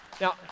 Now